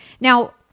Now